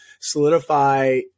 solidify